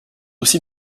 aussi